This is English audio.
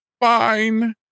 fine